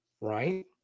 right